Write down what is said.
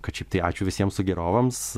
kad šiaip tai ačiū visiems sugėrovams